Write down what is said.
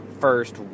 first